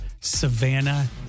Savannah